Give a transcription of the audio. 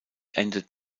endet